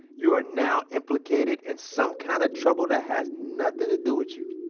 you are now implicated in some kind of trouble that has nothing to do with you.